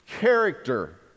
Character